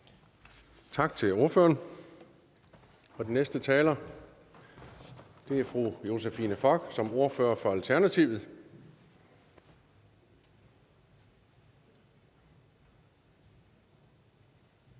Tak til ordføreren. Den næste taler er fru Josephine Fock som ordfører for Alternativet.